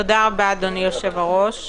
תודה רבה, אדוני היושב-ראש.